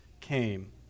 came